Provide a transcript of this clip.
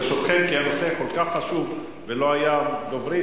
ברשותכם, כי הנושא כל כך חשוב ולא היו דוברים.